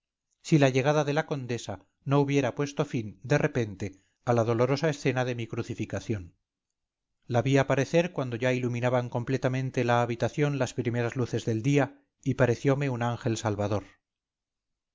si la llegada de la condesa no hubiera puesto fin de repente a la dolorosa escena de mi crucificación la vi aparecer cuando ya iluminaban completamente la habitaciónlas primeras luces del día y pareciome un ángel salvador